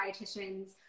dietitians